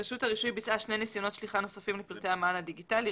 רשות הרישוי ביצעה שני ניסיונות שליחה נוספים לפרטי המען הדיגיטלי.